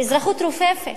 באזרחות רופפת.